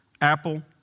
apple